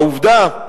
העובדה,